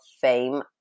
fame